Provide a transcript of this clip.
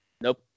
Nope